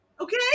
Okay